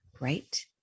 right